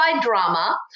drama